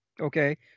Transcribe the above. Okay